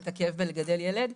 את הכאב בלגדל ילד.